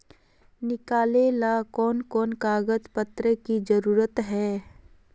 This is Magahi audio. निकाले ला कोन कोन कागज पत्र की जरूरत है?